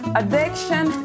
addiction